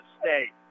state